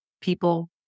people